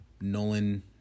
Nolan